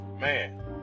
man